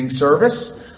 Service